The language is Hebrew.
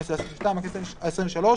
לכנסת העשרים-ושתיים והכנסת העשרים-ושלוש,